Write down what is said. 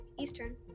Eastern